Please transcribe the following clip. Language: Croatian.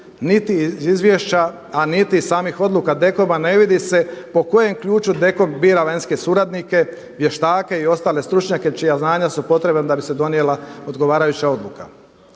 niti iz izvješća, a niti iz samih odluka DKOM-a ne vidi se po kojem ključu DKOM bira vanjske suradnike, vještake i ostale stručnjake čija znanja su potrebna da bi se donijela odgovarajuća odluka.